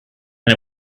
and